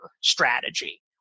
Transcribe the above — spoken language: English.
strategy